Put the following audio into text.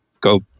go